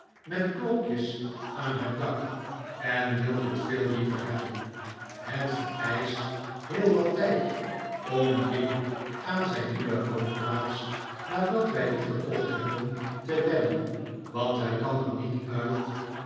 met klokjes aan het dak en wil dit veel liever hebben het vereischt heel wat tijd om jip aan zijn nieuwe woonplaats nadat wij die gekocht hebben te wennen want hij kan er niet uit